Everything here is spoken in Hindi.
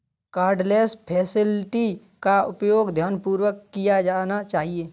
कार्डलेस फैसिलिटी का उपयोग ध्यानपूर्वक किया जाना चाहिए